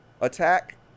attack